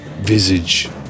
visage